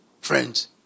Friends